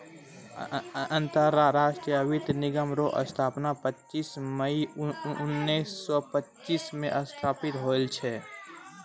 अंतरराष्ट्रीय वित्त निगम रो स्थापना पच्चीस मई उनैस सो पच्चीस मे स्थापित होल छै